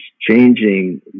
changing